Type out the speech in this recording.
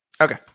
Okay